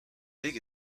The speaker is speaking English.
big